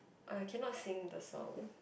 I cannot sing the song